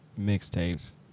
mixtapes